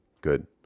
Good